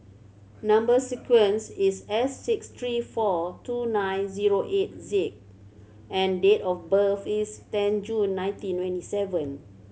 number sequence is S six three four two nine zero eight Z and date of birth is ten June nineteen twenty seven